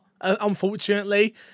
unfortunately